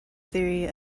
theory